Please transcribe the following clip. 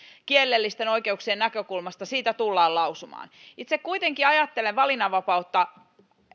kielellisten oikeuksien näkökulmasta siitä tullaan lausumaan itse kuitenkin ajattelen valinnanvapautta